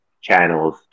channels